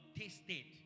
tasted